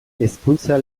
hezkuntza